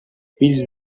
fills